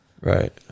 Right